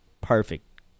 Perfect